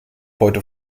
heute